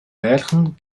märchen